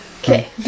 Okay